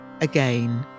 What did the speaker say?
Again